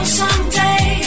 someday